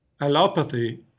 allopathy